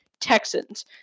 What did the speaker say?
Texans